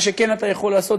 מה שכן אתה יכול לעשות,